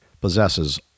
possesses